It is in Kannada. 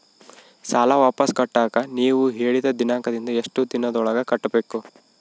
ಸಾಲ ವಾಪಸ್ ಕಟ್ಟಕ ನೇವು ಹೇಳಿದ ದಿನಾಂಕದಿಂದ ಎಷ್ಟು ದಿನದೊಳಗ ಕಟ್ಟಬೇಕು?